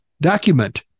document